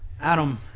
Adam